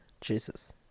Jesus